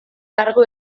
kargu